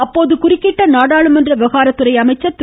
அப்போது குறிக்கிட்ட நாடாளுமன்ற விவகாரத்துறை அமைச்சர் திரு